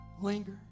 linger